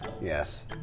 yes